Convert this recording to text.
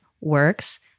works